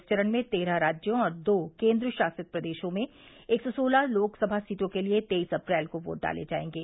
इस चरण में तेरह राज्यों और दो केंद्र शासित प्रदेशों में एक सौ सोलह लोकसभा सीटों के लिए तेईस अप्रैल को वोट डाले जाएंगे